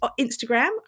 Instagram